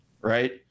right